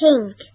pink